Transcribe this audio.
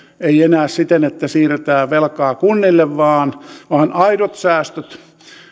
ei enää siten että siirretään velkaa kunnille vaan vaan aidot säästöt